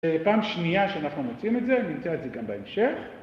פעם שנייה שאנחנו מוצאים את זה, נמצא את זה גם בהמשך.